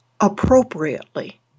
appropriately